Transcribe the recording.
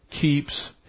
keeps